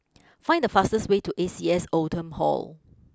find the fastest way to A C S Oldham Hall